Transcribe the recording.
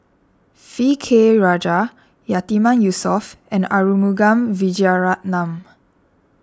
V K Rajah Yatiman Yusof and Arumugam Vijiaratnam